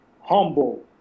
humble